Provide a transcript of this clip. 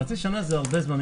חצי שנה זה הרבה זמן.